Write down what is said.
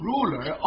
Ruler